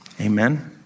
Amen